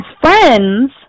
friends